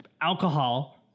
alcohol